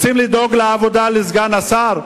רוצים לדאוג לעבודה לסגן השר?